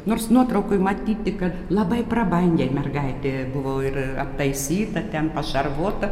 nors nuotraukoj matyti kad labai prabangiai mergaitė buvo ir aptaisyta ten pašarvota